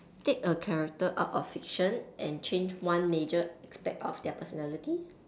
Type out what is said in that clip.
take a character out of fiction and change one major aspect of their personality